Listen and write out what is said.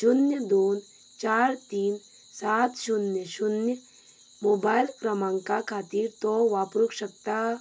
शून्य दोन चार तीन सात शून्य शून्य मोबायल क्रमांका खातीर तो वापरूंक शकता